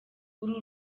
uru